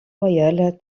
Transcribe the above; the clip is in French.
royal